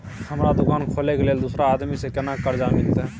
हमरा दुकान खोले के लेल दूसरा आदमी से केना कर्जा मिलते?